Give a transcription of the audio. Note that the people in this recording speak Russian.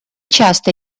часто